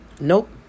nope